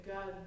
God